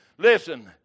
Listen